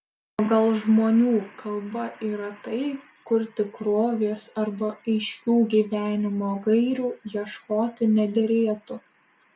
o gal žmonių kalba yra tai kur tikrovės arba aiškių gyvenimo gairių ieškoti nederėtų